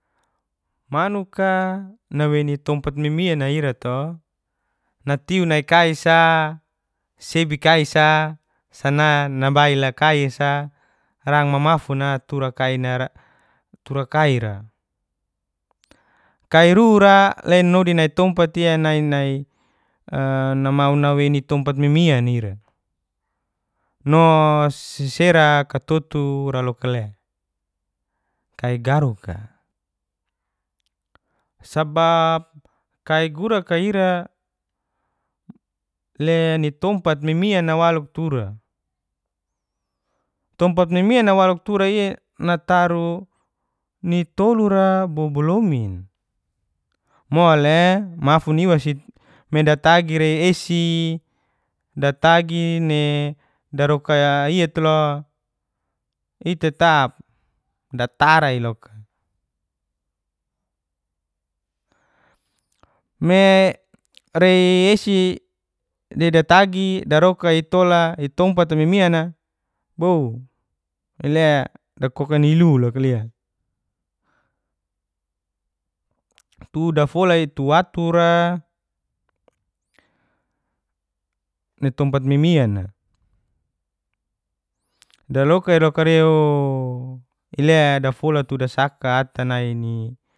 Manuka nawei ni tompat mimiana ira to natiu nai kaisa sebi kaisa nabail kaisa rang mamafuna tura turakaira kairura le nodi nai tompai'i nai nai nawei ni tompat mimian ira nosesera katoturalok le kai garuka sabap kai gurak irale nitompat mimian nawaluk tura tompat mimiana walok turaia nataru nitolura bobolomin mole mafun iwa sidatagi rei esi datagi le daroka iatelo itetep datara iloka me rei esi redatagi darokaitola nitompat mimiana ile dakoka ni'ilu lokale tu dafola'i tu watura nitompat mimiana dalokairoka iloo dafola tu dasaka ata nai